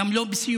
גם לא בסיומה,